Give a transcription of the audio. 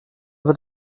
wird